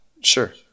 Sure